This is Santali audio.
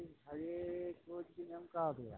ᱟᱹᱰᱤ ᱵᱷᱟᱜᱮ ᱠᱳᱡ ᱠᱤᱱ ᱮᱢ ᱠᱟᱣᱫᱮᱭᱟ